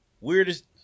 Weirdest